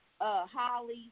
holly